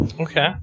Okay